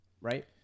Right